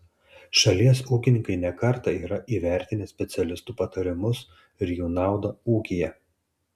šalies ūkininkai ne kartą yra įvertinę specialistų patarimus ir jų naudą ūkyje